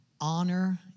Honor